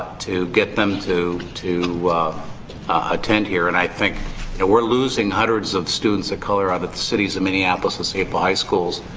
to get them to to attend here. and i think we're losing hundreds of students of color out of the cities of minneapolis and saint paul high schools.